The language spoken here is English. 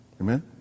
Amen